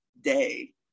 day